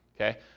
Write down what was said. Okay